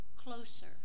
closer